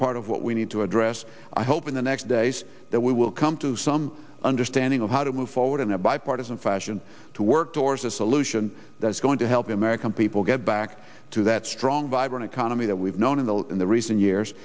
part of what we need to address i hope in the next days that we will come to some understanding of how to move forward in a bipartisan fashion to work towards a solution that's going to help the american people get back to that strong vibrant economy that we've known in the in the recent years